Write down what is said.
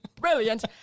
Brilliant